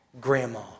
Grandma